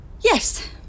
Yes